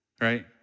right